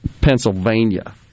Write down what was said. Pennsylvania